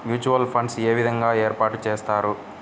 Mutual funds ఏ విధంగా ఏర్పాటు చేస్తారు?